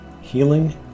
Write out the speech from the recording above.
healing